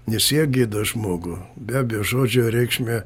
nes jie gydo žmogų be abejo žodžio reikšmę